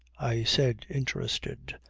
i said interested.